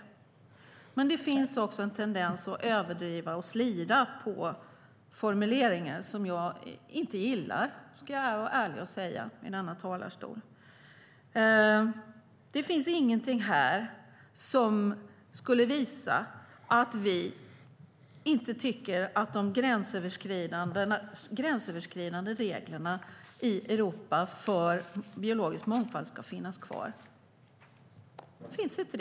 Men det finns också en tendens att överdriva och slira på formuleringar som jag inte gillar - det ska jag vara ärlig och säga. Det finns inget här som skulle visa att vi inte tycker att de gränsöverskridande reglerna i Europa för biologisk mångfald ska finnas kvar. Det finns inte!